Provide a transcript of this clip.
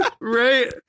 Right